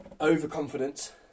Overconfidence